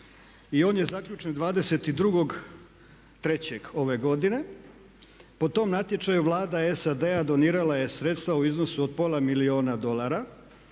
I on je zaključen 22.3. ove godine. Po tom natječaju Vlada SAD-a donirala je sredstva u iznosu od pola milijuna dolara